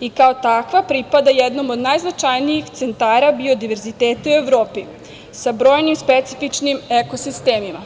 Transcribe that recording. i kao takva pripada jednom od najznačajnijih centara biodiverziteta u Evropi sa brojnim specifičnim ekosistemima.